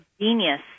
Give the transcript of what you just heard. genius